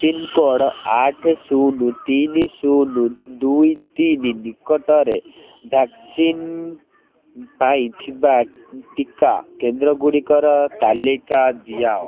pin code ଆଠେ ଶୂନୁ ତିନି ଶୂନୁ ଦୁଇ ତିନି ନିକଟରେ ଭ୍ୟାକ୍ସିନ୍ ପାଇଁ ଥିବା ଟିକା କେନ୍ଦ୍ରଗୁଡ଼ିକର ତାଲିକା ଦିଅ